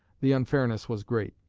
the unfairness was great.